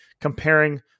comparing